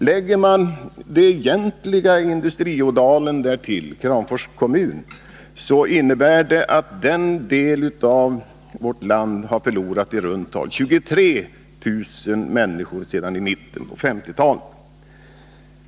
Lägger man det egentliga Industri-Ådalen därtill - Kramfors kommun — så innebär det att den delen av vårt land har förlorat i runt tal 23 000 människor sedan mitten på 1950-talet.